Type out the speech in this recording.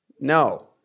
No